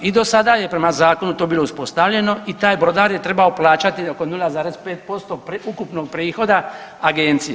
I dosada je prema zakonu to bilo uspostavljeno i taj brodar je trebao plaćati oko 0,5% ukupnog prihoda agenciji.